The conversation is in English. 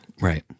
Right